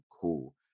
cool